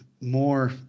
more